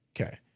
Okay